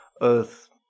Earth